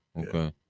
okay